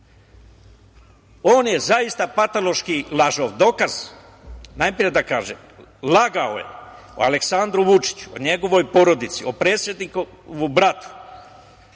On je zaista patološki lažov. Dokaz. Najpre da kažem, lagao je o Aleksandru Vučiću, o njegovoj porodici, o predsednikovom bratu,